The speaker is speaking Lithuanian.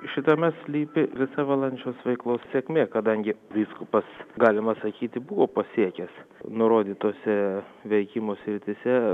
šitame slypi visa valančiaus veiklos sėkmė kadangi vyskupas galima sakyti buvo pasiekęs nurodytose veikimo srityse